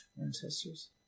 ancestors